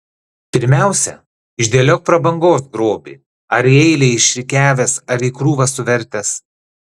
pirmiausia išdėliok prabangos grobį ar į eilę išrikiavęs ar į krūvą suvertęs